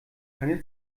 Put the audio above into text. keine